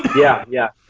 yeah, yeah.